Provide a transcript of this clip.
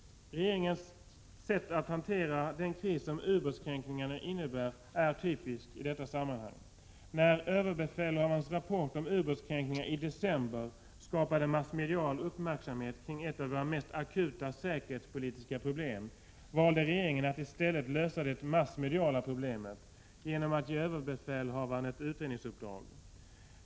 Regeringens sätt att hantera den kris som ubåtskränkningarna innebär är typiskt i detta sammanhang. När överbefälhavarens rapport i december om ubåtskränkningar skapade massmedial uppmärksamhet kring ett av våra mest akuta säkerhetspolitiska problem, valde regeringen att i stället lösa de massmediala problemen genom att ge överbefälhavaren ett utredningsuppdrag.